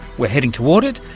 we're heading toward it,